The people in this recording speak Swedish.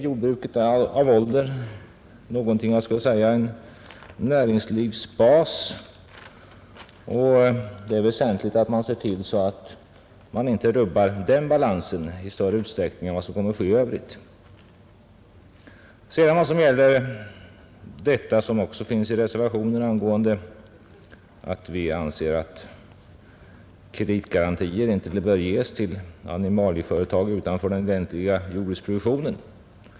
Jordbruket är av ålder något av en näringslivsbas, och det är väsentligt att man ser till att man inte rubbar balansen i större utsträckning än vad som kommer att ske ändå. I reservationen har vi också anfört att vi anser att kreditgarantier inte bör ges till animalieproduktion utanför den egentliga jordbruksproduktionen.